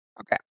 Okay